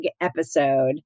episode